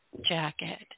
jacket